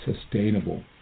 sustainable